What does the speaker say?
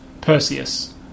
Perseus